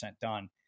done